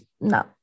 no